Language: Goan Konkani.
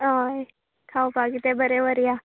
हय खावपा कितें बरें व्हरया